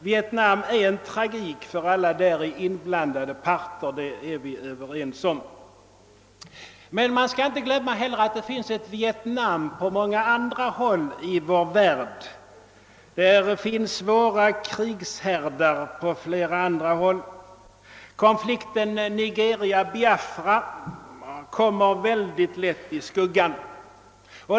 Vietnam är en tragik för alla inblandade parter, det är vi väl alla ense om. Man skall inte glömma att det finns ett Vietnam på många andra håll i värl den; det finns många krigshärdar. Konflikten Nigeria-Biafra kommer mycket lätt i skuggan.